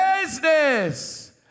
business